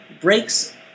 breaks